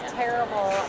terrible